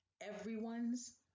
Everyone's